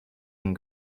and